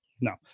no